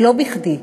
ולא בכדי.